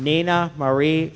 nina marie